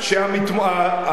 התקרה.